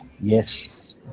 Yes